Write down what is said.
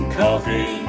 coffee